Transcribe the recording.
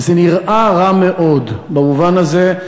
וזה נראה רע מאוד במובן הזה.